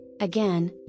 Again